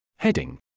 Heading